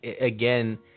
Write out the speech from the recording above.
again